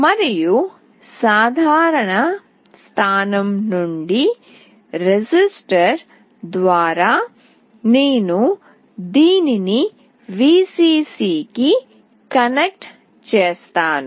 మరియు సాధారణ స్థానం నుండి రెసిస్టర్ ద్వారా నేను దీనిని Vcc కి కనెక్ట్ చేసాను